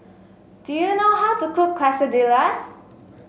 do you know how to cook Quesadillas